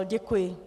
Děkuji.